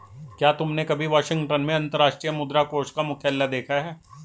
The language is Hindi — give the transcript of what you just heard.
क्या तुमने कभी वाशिंगटन में अंतर्राष्ट्रीय मुद्रा कोष का मुख्यालय देखा है?